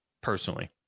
personally